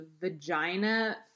vagina